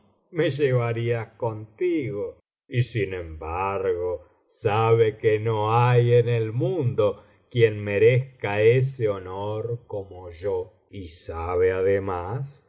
me llevadas contigo y sin embargo sabe que no hay en el mundo quien merezca ese honor como yo y sabe además